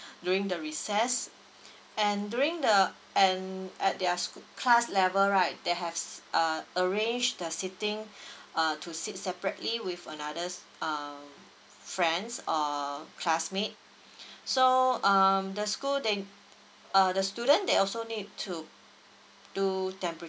during the recess and during the and at their sch~ class level right that has uh arrange the seating uh to sit separately with anothers um friends or classmate so um the school they uh the student they also need to do temperature